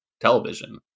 television